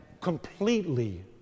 completely